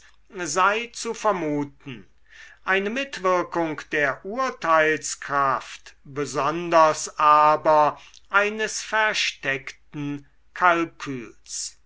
sei zu vermuten eine mitwirkung der urteilskraft besonders aber eines versteckten